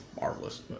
marvelous